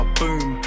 boom